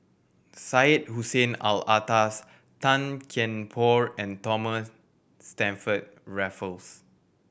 Syed Hussein Alatas Tan Kian Por and Thomas Stamford Raffles